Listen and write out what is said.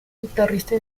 guitarrista